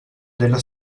della